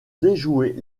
déjouer